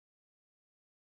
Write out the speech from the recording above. east view primary school